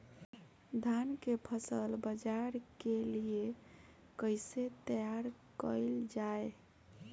धान के फसल बाजार के लिए कईसे तैयार कइल जाए?